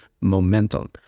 momentum